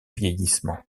vieillissement